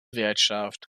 wirtschaft